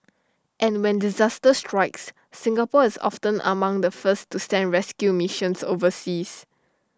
and when disaster strikes Singapore is often among the first to send rescue missions overseas